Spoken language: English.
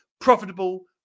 Profitable